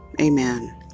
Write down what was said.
amen